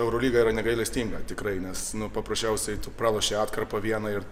eurolyga yra negailestinga tikrai nes paprasčiausiai tu pralošei atkarpą vieną ir